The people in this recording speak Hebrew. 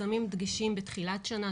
שמים דגשים בתחילת שנה,